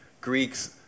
Greeks